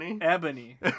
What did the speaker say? Ebony